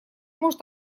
может